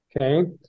Okay